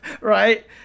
right